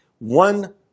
one